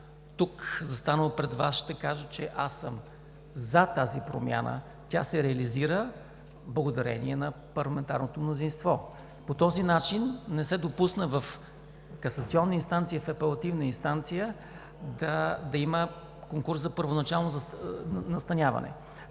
Тук, застанал пред Вас, ще кажа, че аз съм „за“ тази промяна и тя се реализира, благодарение на парламентарното мнозинство. По този начин не се допусна в Касационна инстанция и в Апелативна инстанция да има конкурс за първоначално назначаване